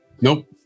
Nope